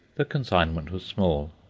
the consignment was small,